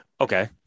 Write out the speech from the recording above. okay